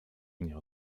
nie